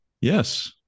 Yes